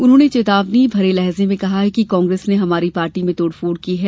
उन्होंने चेतावनी भरे लहजे में कहा कांग्रेस ने हमारी पार्टी में तोड़फोड़ की है